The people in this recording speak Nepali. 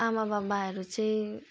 आमाबाबाहरू चाहिँ